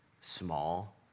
small